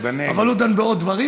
אבל הוא דן בעוד דברים,